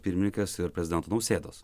pirmininkės ir prezidento nausėdos